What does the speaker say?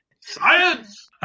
Science